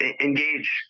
engage